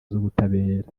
z’ubutabera